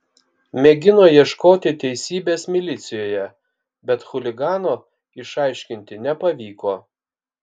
mėgino ieškoti teisybės milicijoje bet chuligano išaiškinti nepavyko